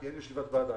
כי אין ישיבת ועדה.